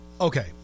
Okay